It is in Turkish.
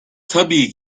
tabii